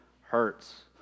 hurts